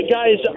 Guys